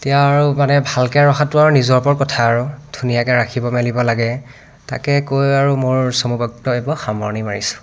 এতিয়া আৰু মানে ভালকৈ ৰখাটো আৰু নিজৰ ওপৰত কথা আৰু ধুনীয়াকৈ ৰাখিব মেলিব লাগে তাকে কৈ আৰু মোৰ চমু বক্তব্য সামৰণি মাৰিছোঁ